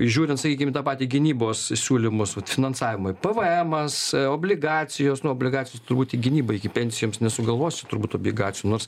žiūrint sakykim tą patį gynybos siūlymus finansavimui pvmas obligacijos na obligacijos turbūt į gynybą iki pensijoms nesugalvosi turbūt obligacijų nors